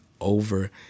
over